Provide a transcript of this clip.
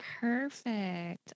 Perfect